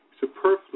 superfluous